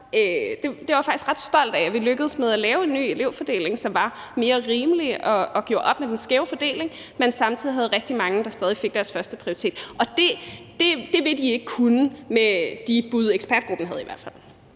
Jeg var faktisk ret stolt af, at vi lykkedes med at lave en ny elevfordeling, som var mere rimelig og gjorde op med den skæve fordeling, men hvor der samtidig var rigtig mange, der stadig kom ind på deres førsteprioritet. Det vil de i hvert fald ikke kunne med de bud, ekspertgruppen havde. Kl.